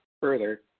Further